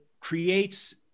creates